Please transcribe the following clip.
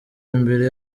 imbere